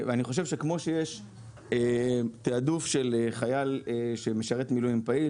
אני חושב שכמו שיש תעדוף של חייל שמשרת מילואים פעיל,